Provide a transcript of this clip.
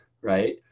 right